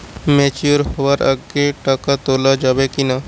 Mature হওয়ার আগে টাকা তোলা যাবে কিনা?